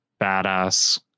badass